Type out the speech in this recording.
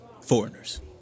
foreigners